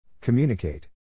Communicate